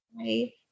Hi